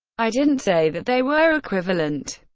i didn't say that they were equivalent.